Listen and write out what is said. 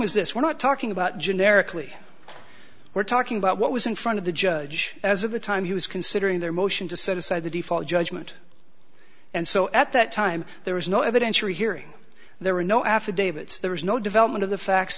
is this we're not talking about generically we're talking about what was in front of the judge as of the time he was considering their motion to set aside the default judgment and so at that time there was no evidentiary hearing there were no affidavits there was no development of the facts